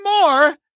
more